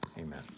Amen